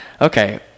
Okay